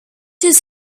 his